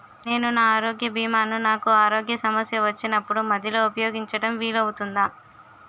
నేను నా ఆరోగ్య భీమా ను నాకు ఆరోగ్య సమస్య వచ్చినప్పుడు మధ్యలో ఉపయోగించడం వీలు అవుతుందా?